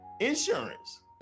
insurance